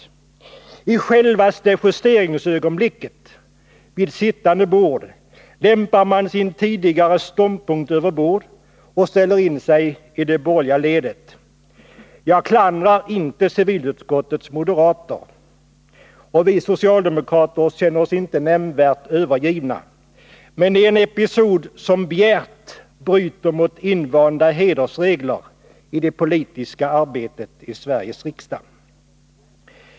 Sedan i självaste justeringsögonblicket— vid sittande bord —- lämpar man sin tidigare ståndpunkt över bord och ställer in sig i det borgerliga ledet. Jag klandrar inte civilutskottets moderater, och vi socialdemokrater känner oss inte nämnvärt övergivna, men det är en episod som bjärt bryter mot invanda hedersregler i det politiska arbetet i Sveriges riksdag.